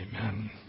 amen